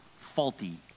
faulty